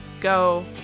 go